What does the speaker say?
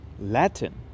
Latin